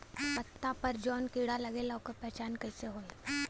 पत्ता पर जौन कीड़ा लागेला ओकर पहचान कैसे होई?